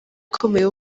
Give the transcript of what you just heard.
ikomeye